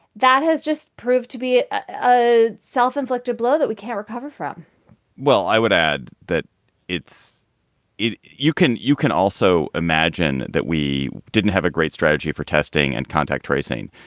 that has just proved to be a self-inflicted blow that we can't recover from well, i would add that it's it you can you can also imagine that we didn't have a great strategy for testing and contact tracing.